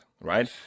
right